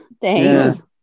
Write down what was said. thanks